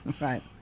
right